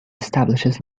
establishes